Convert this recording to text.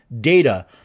data